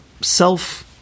self